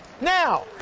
Now